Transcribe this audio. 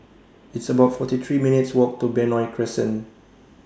It's about forty three minutes' Walk to Benoi Crescent